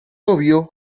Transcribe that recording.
obvio